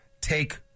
take